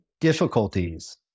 difficulties